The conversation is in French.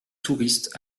touristes